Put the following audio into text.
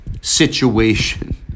situation